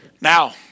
Now